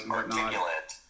articulate